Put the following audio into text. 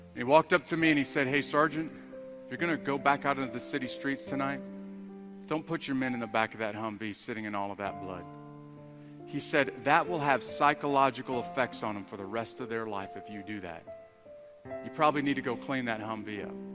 he walked up to me and he said hey sergeant you're gonna go back out into the city, streets tonight don't put your men in the back of that humvee sitting in all of that blood he said that will have psychological effects on them for the rest of their life if you do that you probably need to go clean that humvee up